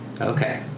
Okay